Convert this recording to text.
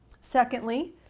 Secondly